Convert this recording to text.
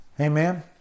Amen